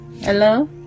Hello